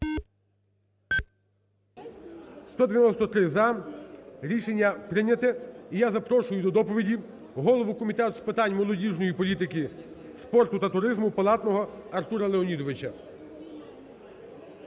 За-193 Рішення прийняте. І я запрошую до доповіді голову Комітету з питань молодіжної політики, спорту та туризму Палатного Артура Леонідовича.